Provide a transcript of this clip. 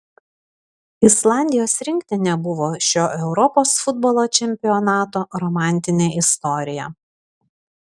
islandijos rinktinė buvo šio europos futbolo čempionato romantinė istorija